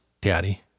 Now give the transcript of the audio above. Daddy